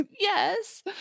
Yes